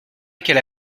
qu’elle